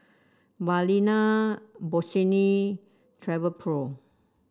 Balina Bossini Travelpro